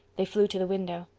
they flew to the window.